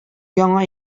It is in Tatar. яңа